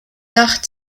yacht